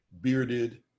bearded